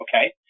okay